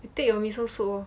I take your miso soup lor